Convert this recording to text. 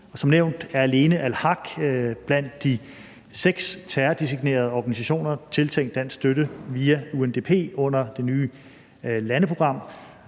som nævnt er alene Al-Haq blandt de seks terrordesignerede organisationer tiltænkt dansk støtte via UNDP under det nye landeprogram.